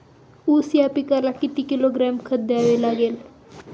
ऊस या पिकाला किती किलोग्रॅम खत द्यावे लागेल?